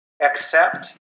accept